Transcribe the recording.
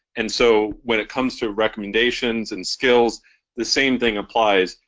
and so when it comes to recommendations and skills the same thing applies,